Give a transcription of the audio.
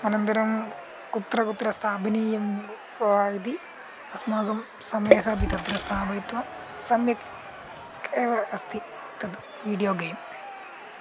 अनन्तरं कुत्र कुत्र स्थापनीयं वा इति अस्माकं समयम अपि तत्र स्थापयित्वा सम्यक् एव अस्ति तद् विडियो गेम्